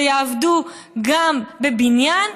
ויעבדו גם בבניין,